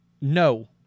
No